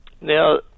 Now